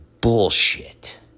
bullshit